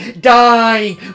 dying